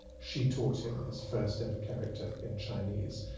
she taught him his first ever character in chinese.